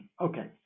Okay